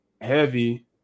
Heavy